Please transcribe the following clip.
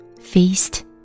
Feast